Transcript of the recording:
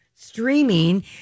streaming